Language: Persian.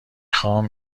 خوام